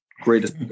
greatest